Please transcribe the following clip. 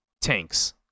tanks